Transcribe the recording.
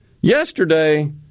Yesterday